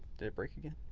did it break again?